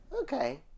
Okay